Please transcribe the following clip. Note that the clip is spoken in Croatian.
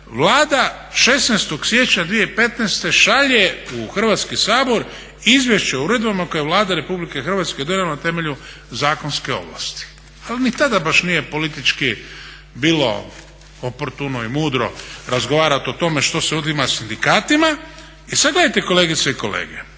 Vlada 16. siječnja 2015. šalje u Hrvatski sabor Izvješće o uredbama koje je Vlada Republike Hrvatske donijela na temelju zakonske ovlasti. Ali ni tada baš nije politički bilo oportuno i mudro razgovarati o tome što se uzima sindikatima. I sad gledajte kolegice i kolege